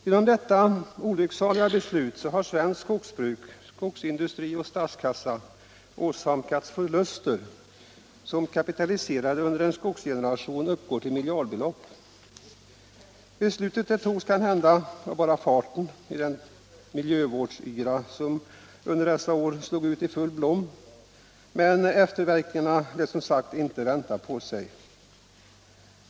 Genom detta olycksaliga beslut har i vårt land skogsbruket, skogsindustrin och statskassan åsamkats förluster som, kapitaliserade under en skogsgeneration, uppgår till miljardbelopp. Beslutet togs kanhända av bara farten i den miljövårdsyra som under dessa år slog ut i full blom. Men efterverkningarna lät som sagt inte vänta på sig.